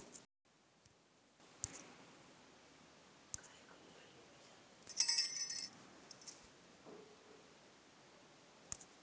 शाकाहारी दुधात चरबीचे प्रमाण खूपच कमी असते